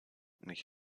nicht